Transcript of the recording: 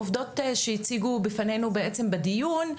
עובדות שהציגו בפנינו בעצם בדיון,